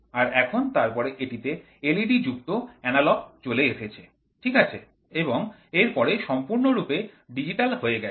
আর এখন তারপরে এটিতে এলইডি যুক্ত এনালগ চলে এসেছে ঠিক আছে এবং এরপর সম্পূর্ণরূপে ডিজিটাল হয়ে গেছে